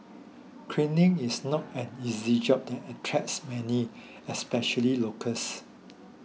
cleaning is not an easy job that attracts many especially locals